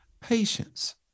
Patience